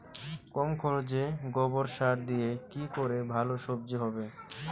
কম খরচে গোবর সার দিয়ে কি করে ভালো সবজি হবে?